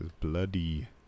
bloody